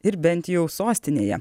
ir bent jau sostinėje